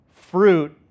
Fruit